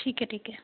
ठीक ऐ ठीक ऐ